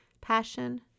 Passion